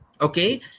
okay